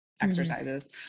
exercises